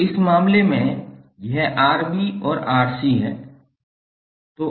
तो इस मामले में यह Rb और Rc है